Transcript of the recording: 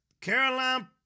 Caroline